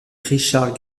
richard